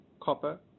copper